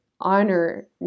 honor